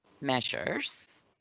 measures